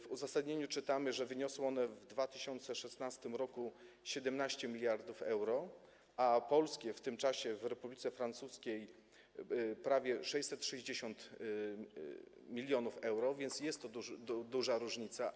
W uzasadnieniu czytamy, że wyniosły one w 2016 r. 17 mld euro, a polskie w tym czasie w Republice Francuskiej - prawie 660 mln euro, więc jest to duża różnica.